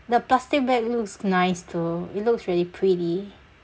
the plastic bag looks nice though it looks really pretty